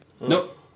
Nope